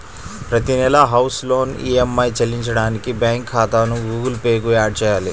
ప్రతి నెలా house loan EMI చెల్లించడానికి బ్యాంకు ఖాతాను గుగుల్ పే కు యాడ్ చేయాలి